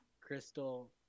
crystal